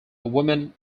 woman